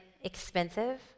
expensive